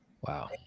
Wow